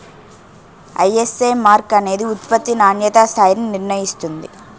ISI mark అనేది ఉత్పత్తి నాణ్యతా స్థాయిని నిర్ణయిస్తుంది